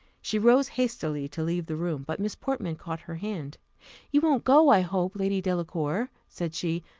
she rose hastily to leave the room, but miss portman caught her hand you won't go, i hope, lady delacour, said she,